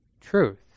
truth